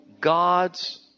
God's